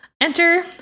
Enter